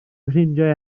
ffrindiau